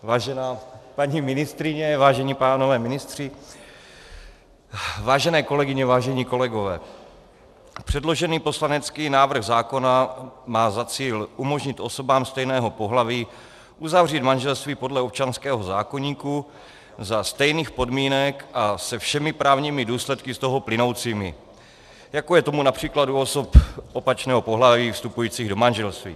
Vážená paní ministryně, vážení pánové ministři, vážené kolegyně, vážení kolegové, předložený poslanecký návrh zákona má za cíl umožnit osobám stejného pohlaví uzavřít manželství podle občanského zákoníku za stejných podmínek a se všemi právními důsledky z toho plynoucími, jako je tomu např. u osob opačného pohlaví vstupujících do manželství.